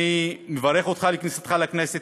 אני מברך אותך על כניסתך לכנסת,